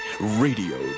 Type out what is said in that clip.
Radio